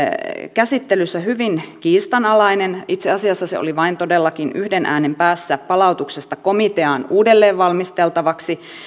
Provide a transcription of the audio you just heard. käsittelyssä hyvin kiistanalainen itse asiassa se oli todellakin vain yhden äänen päässä palautuksesta komiteaan uudelleen valmisteltavaksi